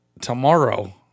tomorrow